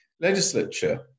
legislature